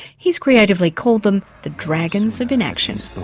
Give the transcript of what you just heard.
he's creatively called them the dragons of inaction.